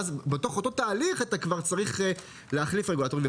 ואז בתוך אותו התהליך צריך להחליף רגולטורים.